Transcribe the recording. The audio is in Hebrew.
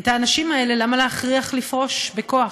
את האנשים האלה, למה להכריח לפרוש בכוח?